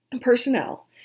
personnel